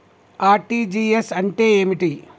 RTGS అంటే ఏమిటి?